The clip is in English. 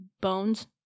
bones